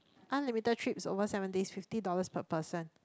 unlimited trips over seven days fifty dollars per person